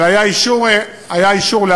אלא היה אישור להגיע.